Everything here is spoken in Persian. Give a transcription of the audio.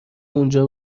اونجا